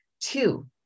Two